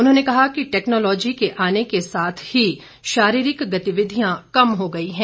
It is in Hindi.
उन्होंने कहा कि टैक्नोलॉजी के आने के साथ ही शारीरिक गतिविधियां कम हो गई हैं